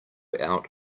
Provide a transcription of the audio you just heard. out